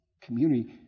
community